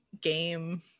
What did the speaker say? game